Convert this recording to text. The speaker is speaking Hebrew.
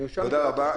תודה רבה.